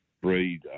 breed